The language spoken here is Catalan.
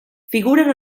figuren